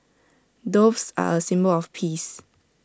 doves are A symbol of peace